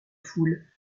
foule